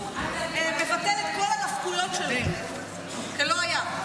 מבטל את כל הנפקויוית שלו כלא היו.